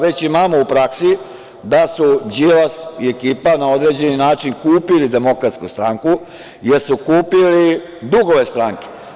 Već imamo u praksi da su Đilas i ekipa na određeni način kupili DS, jer su kupili dugove stranke.